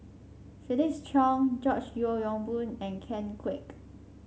Felix Cheong George Yeo Yong Boon and Ken Kwek